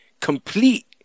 complete